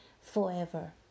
forever